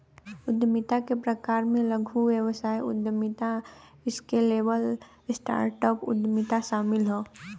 उद्यमिता के प्रकार में लघु व्यवसाय उद्यमिता, स्केलेबल स्टार्टअप उद्यमिता शामिल हौ